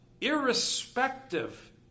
irrespective